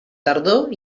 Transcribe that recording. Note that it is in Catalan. tardor